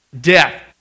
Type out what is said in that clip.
Death